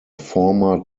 former